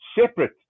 separate